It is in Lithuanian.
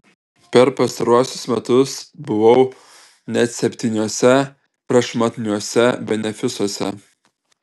per pastaruosius metus buvau net septyniuose prašmatniuose benefisuose